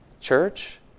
Church